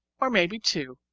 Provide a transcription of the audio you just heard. or maybe two,